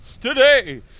Today